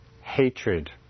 hatred